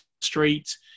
Street